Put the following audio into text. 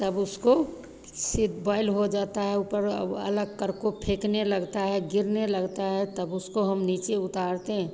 तब उसको फिर ब्वॉयल हो जाता है ऊपर अलग कर को फेंकने लगता है गिरने लगता है तब उसको हम नीचे उतारते हैं